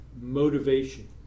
motivation